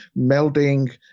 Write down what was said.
melding